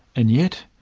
and yet.